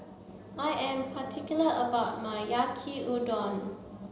I am particular about my Yaki Udon